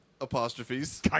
Apostrophes